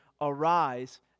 arise